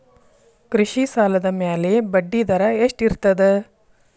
ಕೃಷಿ ಸಾಲದ ಮ್ಯಾಲೆ ಬಡ್ಡಿದರಾ ಎಷ್ಟ ಇರ್ತದ?